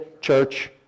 church